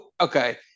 okay